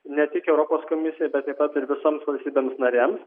ne tik europos komisijai bet taip pat ir visoms valstybėms narėms